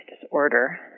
disorder